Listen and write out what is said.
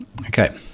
Okay